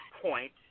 point